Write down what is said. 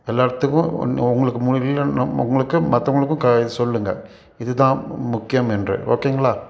எல்லார்த்துக்கும் உன் உங்களுக்கு உங்களுக்கு மற்றவங்களுக்கும் க சொல்லுங்க இதுதான் முக்கியமென்று ஓகேங்களா